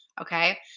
okay